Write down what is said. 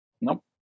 Nope